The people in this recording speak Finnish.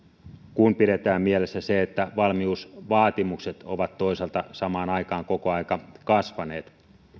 kun pidetään mielessä se että valmiusvaatimukset ovat toisaalta samaan aikaan koko ajan kasvaneet